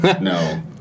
no